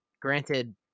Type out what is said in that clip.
granted